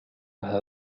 هذا